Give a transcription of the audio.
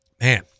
Man